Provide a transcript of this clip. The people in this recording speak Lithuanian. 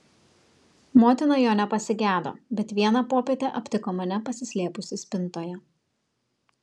motina jo nepasigedo bet vieną popietę aptiko mane pasislėpusį spintoje